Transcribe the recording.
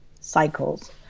cycles